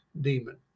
demon